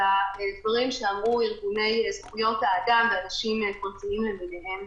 הדברים שאמרו ארגוני זכויות האדם ואנשים פרטיים למיניהם,